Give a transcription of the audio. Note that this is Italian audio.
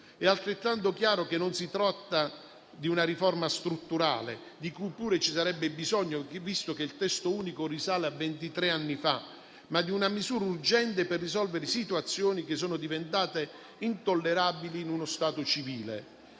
È altrettanto chiaro che si tratta non di una riforma strutturale, di cui pure ci sarebbe bisogno visto che il testo unico risale a ventitré anni fa, ma di una misura urgente per risolvere situazioni diventate intollerabili in uno Stato civile.